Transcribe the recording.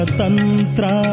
tantra